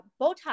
Botox